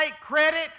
credit